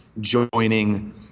joining